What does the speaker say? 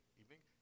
evening